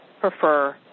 prefer